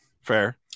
Fair